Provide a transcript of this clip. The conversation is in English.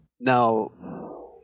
now